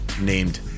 named